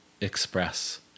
express